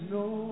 no